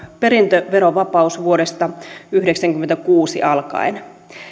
perintöverovapaus vuodesta yhdeksänkymmentäkuusi alkaen